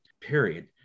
period